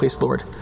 Lord